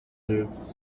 lived